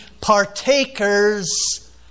partakers